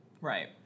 Right